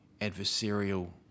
adversarial